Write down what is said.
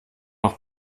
auch